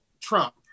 Trump